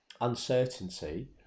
uncertainty